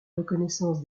reconnaissance